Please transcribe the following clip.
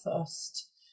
first